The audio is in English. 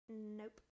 Nope